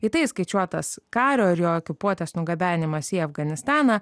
į tai įskaičiuotas kario ir jo ekipuotės nugabenimas į afganistaną